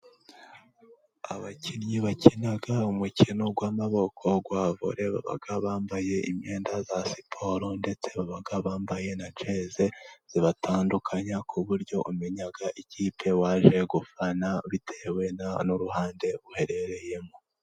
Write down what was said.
Abakinnyi bakina umukino w'amaboko wa vore baba bambaye imyenda ya siporo, ndetse baba bambaye na jezi zibatandukanya, ku buryo umenya ikipe waje gufana, bitewe n'uruhande uherereyemo.